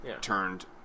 turned